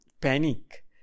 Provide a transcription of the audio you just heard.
panic